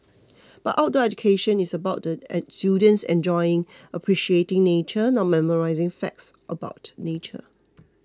but outdoor education is about the students enjoying appreciating nature not memorising facts about nature